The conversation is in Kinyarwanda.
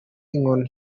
inkoni